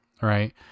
right